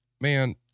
man